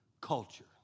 Culture